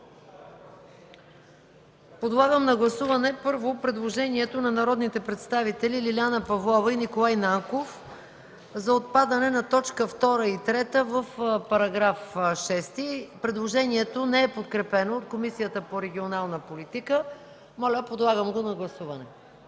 Подлагам на гласуване първо предложението на народните представители Лиляна Павлова и Николай Нанков за отпадане на т. 2 и 3 в § 6. Предложението не е подкрепено от Комисията по регионална политика. Гласували 75 народни